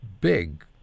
big